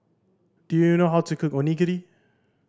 do you know how to cook Onigiri